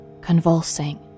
convulsing